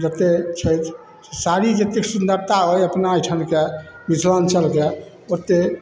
जतेक छथि साड़ी जतेक सुन्दरता अइ अपना एहिठामके मिथिलाञ्चलके ओतेक